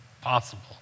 possible